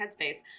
headspace